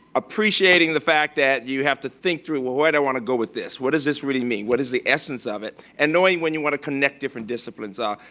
appreciating the fact that you have to think through well, where do i want to go with this, what does this really mean, what is the essence of it? and knowing when you want to connect different disciplines ah